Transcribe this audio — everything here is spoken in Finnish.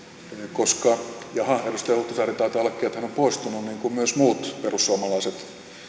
koska jaha taitaa ollakin niin että edustaja huhtasaari on poistunut niin kuin myös muut perussuomalaiset